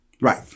Right